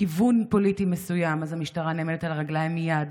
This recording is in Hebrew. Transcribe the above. מכיוון פוליטי מסוים אז המשטרה נעמדת על הרגליים מייד